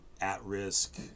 at-risk